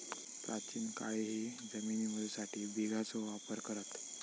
प्राचीन काळीही जमिनी मोजूसाठी बिघाचो वापर करत